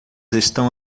estão